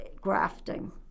grafting